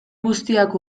guztiak